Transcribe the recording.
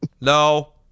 no